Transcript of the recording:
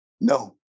No